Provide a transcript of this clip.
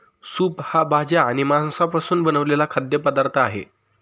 soup हा भाज्या आणि मांसापासून बनवलेला खाद्य पदार्थ आहे